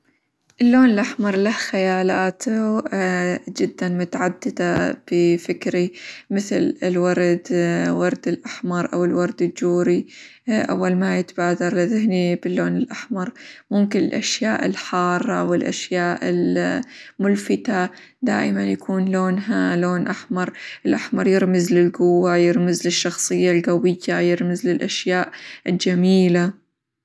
اللون الأحمر له خيالات جدًا متعددة بفكري، مثل:- الورد ورد الأحمر، أو الورد الجوري، أول ما يتبادر لذهني باللون الأحمر ممكن الأشياء الحارة، والأشياء -ال- الملفتة، دايمًا يكون لونها لون أحمر، الأحمر يرمز للقوة، يرمز للشخصية القوية، يرمز للأشياء الجميلة.